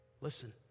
Listen